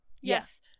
Yes